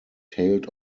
tailed